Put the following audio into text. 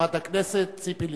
חברת הכנסת ציפי לבני.